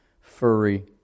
furry